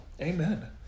Amen